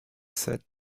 said